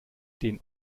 den